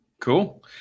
Cool